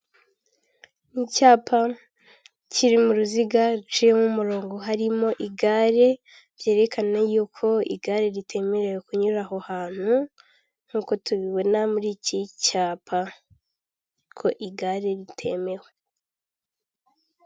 Ni icyapa kiri mu ruziga ruciyeho umurongo harimo igare byerekana yuko igare ritemerewe kunyura aho hantu nk'uko tubibona muri iki cyapa ko igare ritemewe.